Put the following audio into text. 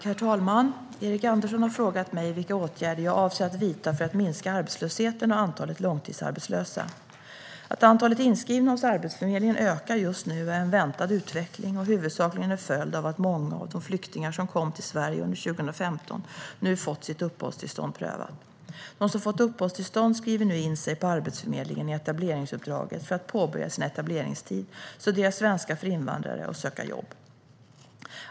Herr talman! Erik Andersson har frågat mig vilka åtgärder jag avser att vidta för att minska arbetslösheten och antalet långtidsarbetslösa. Att antalet inskrivna hos Arbetsförmedlingen ökar just nu är en väntad utveckling och huvudsakligen en följd av att många av de flyktingar som kom till Sverige under 2015 nu har fått sitt uppehållstillstånd prövat. De som fått uppehållstillstånd skriver nu in sig på Arbetsförmedlingen i etableringsuppdraget för att påbörja sin etableringstid, studera svenska för invandrare och söka jobb.